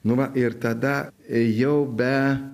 nu va ir tada ėjau be